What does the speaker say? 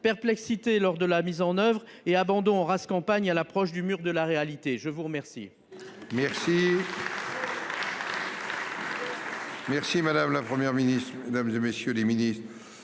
perplexité lors de la mise en oeuvre et abandon en race campagne à l'approche du mur de la réalité. Je vous remercie.